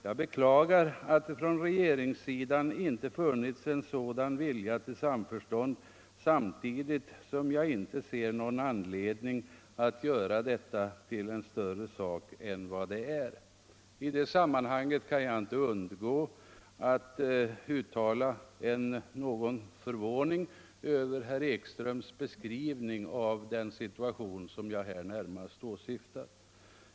Jag beklagar att regeringen inte haft någon sådan vilja till samförstånd samtidigt som jag inte ser någon anledning att göra detta till en större sak än vad den är. I det sammanhanget kan jag inte undgå att uttala förvåning över herr Ekströms beskrivning av den situation som jag närmast åsyftar.